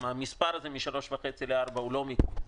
גם המספר הזה מ-3.5 ל-4 זה לא מקרי,